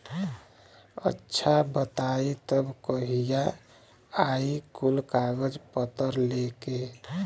अच्छा बताई तब कहिया आई कुल कागज पतर लेके?